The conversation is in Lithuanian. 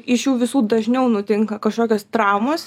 iš jų visų dažniau nutinka kažkokios traumos